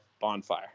bonfire